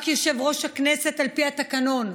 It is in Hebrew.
רק יושב-ראש הכנסת, על פי התקנון,